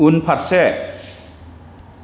उनफारसे